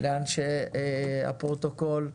לאנשי הפרוטוקול.